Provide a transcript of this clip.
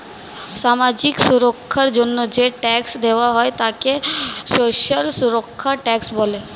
সামাজিক সুরক্ষার জন্য যে ট্যাক্স দেওয়া হয় তাকে সোশ্যাল সুরক্ষা ট্যাক্স বলে